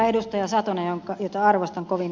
satonen jota arvostan kovin